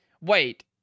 Wait